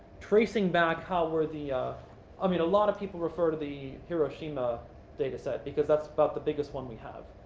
tracing back how worthy i mean, a lot of people refer to the hiroshima data set because that's about the biggest one we have.